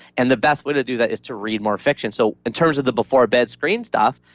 and the best way to do that is to read more fiction. so in terms of the before bed screen stuff,